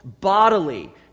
Bodily